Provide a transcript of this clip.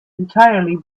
entirely